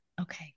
okay